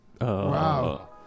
Wow